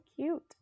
cute